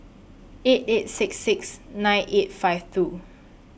eight eight six six nine eight five two